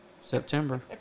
September